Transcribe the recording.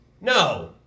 No